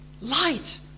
Light